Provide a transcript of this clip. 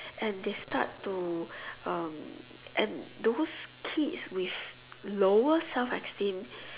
and they start to um and those kids with lower self esteem